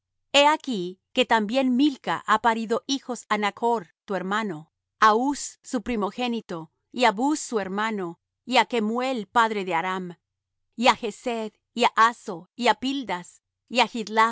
he aquí que también milca ha parido hijos á nachr tu hermano a huz su primogénito y á buz su hermano y á kemuel padre de aram y á chsed y á hazo y á pildas y á